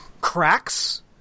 cracks